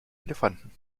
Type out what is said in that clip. elefanten